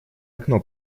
окно